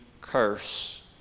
curse